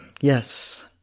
Yes